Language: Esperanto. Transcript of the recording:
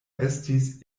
estis